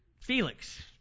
Felix